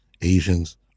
Asians